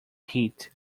heat